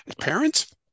parents